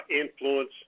influence